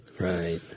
Right